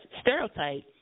stereotype